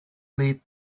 lit